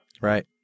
right